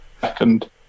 second